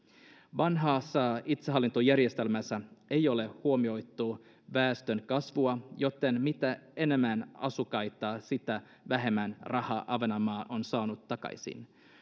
vanhassa itsehallintojärjestelmässä ei ole huomioitu väestönkasvua joten mitä enemmän asukkaita sitä vähemmän rahaa ahvenanmaa on saanut takaisin